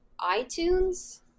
itunes